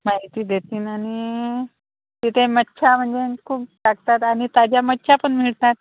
माहिती देतीलआणि तिथे मच्छा म्हणजे खूप टाकतात आणि ताज्या मच्छा पण मिळतात